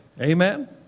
Amen